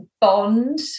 Bond